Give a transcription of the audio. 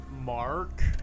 Mark